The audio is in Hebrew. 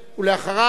ואחריו,